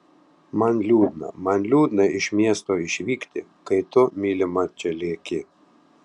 man liūdna man liūdna iš miesto išvykti kai tu mylima čia lieki